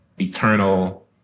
eternal